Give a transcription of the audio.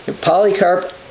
Polycarp